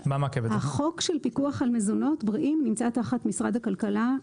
החוק של פיקוח על מזונות בריאים נמצא תחת משרדי הכלכלה,